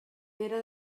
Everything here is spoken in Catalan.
era